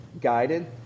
guided